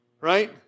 Right